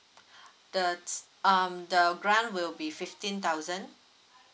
the um the grant will be fifteen thousand